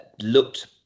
looked